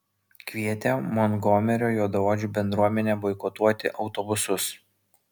kvietė montgomerio juodaodžių bendruomenę boikotuoti autobusus